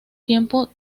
tiempo